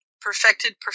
perfected